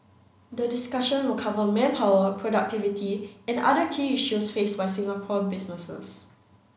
the discussion will cover manpower productivity and other key issues faced by Singapore businesses